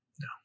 no